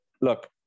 look